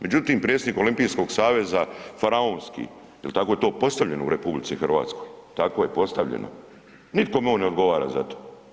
Međutim, predsjednik Olimpijskog saveza faraonski, jer tako je to postavljeno u RH, tako je postavljeno, nikome on ne odgovara za to.